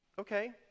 Okay